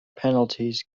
penalties